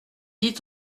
dit